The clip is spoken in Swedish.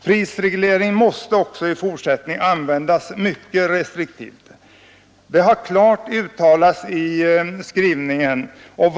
Prisreglering måste också i fortsättningen användas mycket restriktivt. Det har klart uttalats i utskottets skrivning.